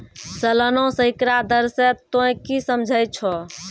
सलाना सैकड़ा दर से तोंय की समझै छौं